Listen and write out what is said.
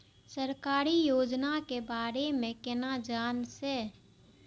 सरकारी योजना के बारे में केना जान से?